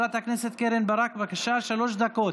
חברת הכנסת קרן, בבקשה, בבקשה, שלוש דקות.